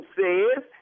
says